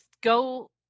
go